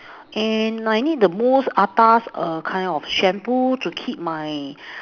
and I need the most atas err kind of shampoo to keep my